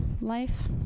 life